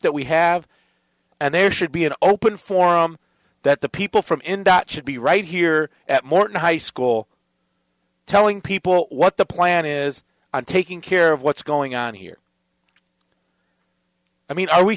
that we have and there should be an open forum that the people from in dot should be right here at morton high school telling people what the plan is on taking care of what's going on here i mean are we